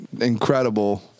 incredible